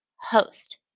Host